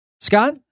Scott